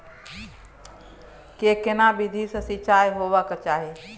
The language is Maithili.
के केना विधी सॅ सिंचाई होबाक चाही?